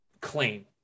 claim